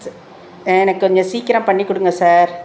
ச ஆ எனக்கு கொஞ்சம் சீக்கிரம் பண்ணிக் கொடுங்க சார்